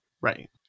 right